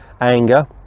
anger